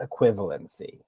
equivalency